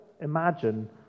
imagine